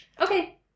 Okay